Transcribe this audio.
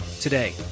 Today